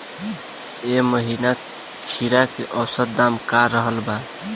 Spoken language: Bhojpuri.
एह महीना खीरा के औसत दाम का रहल बा?